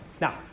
Now